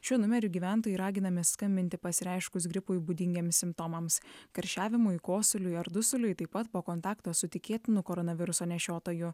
šiuo numeriu gyventojai raginami skambinti pasireiškus gripui būdingiems simptomams karščiavimui kosuliui ar dusuliui taip pat po kontakto su tikėtinu koronaviruso nešiotoju